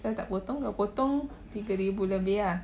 dorang tak potong kalau potong tiga ribu lebih ah